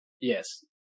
yes